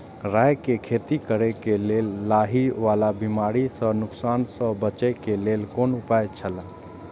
राय के खेती करे के लेल लाहि वाला बिमारी स नुकसान स बचे के लेल कोन उपाय छला?